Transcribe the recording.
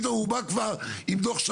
אתה